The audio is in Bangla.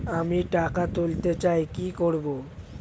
আমি টাকা তুলতে চাই কি করব?